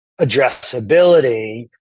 addressability